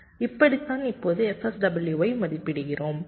இப்படித்தான் இப்போது fSW ஐ மதிப்பிடுகிறோம்